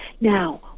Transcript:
Now